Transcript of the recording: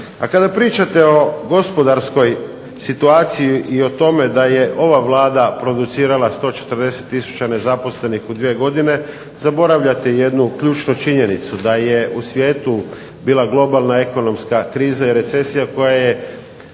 A kada pričate o gospodarskoj situaciji i o tome da je ova Vlada producirala 140 tisuća nezaposlenih u dvije godine zaboravljate jednu ključnu činjenicu, da je u svijetu bila globalna ekonomska kriza i recesija koja je